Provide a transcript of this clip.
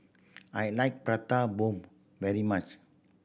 I like Prata Bomb very much